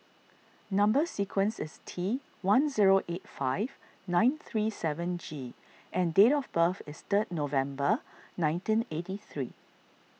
Number Sequence is T one zero eight five nine three seven G and date of birth is third November nineteen eighty three